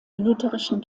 lutherischen